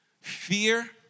fear